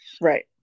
right